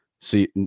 see